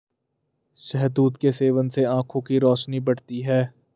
शहतूत के सेवन से आंखों की रोशनी बढ़ती है